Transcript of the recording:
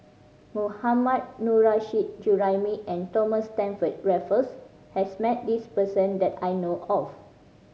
Mohammad Nurrasyid Juraimi and Thomas Stamford Raffles has met this person that I know of